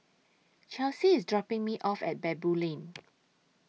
Chelsy IS dropping Me off At Baboo Lane